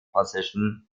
position